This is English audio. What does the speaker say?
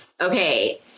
okay